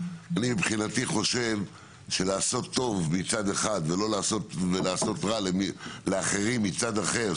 אני מבחינתי חושב שלעשות טוב מצד אחד ולעשות רע לאחרים מצד אחר,